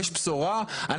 יש בשורה.